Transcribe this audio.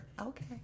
Okay